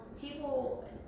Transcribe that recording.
people